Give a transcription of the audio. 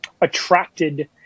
attracted